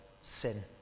sin